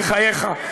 בחייך,